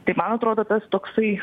tai man atrodo tas toksai